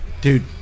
Dude